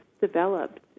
developed